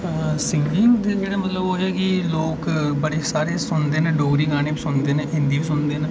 संगीत जेह्ड़े मतलब ओह् एह् कि जेह्ड़े लोक बड़े सारे सुनदे न डोगरी गाने बी सुनदे न हिंदी बी सुनदे न